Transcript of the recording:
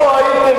איפה הייתם?